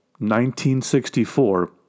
1964